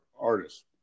artists